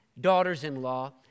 daughters-in-law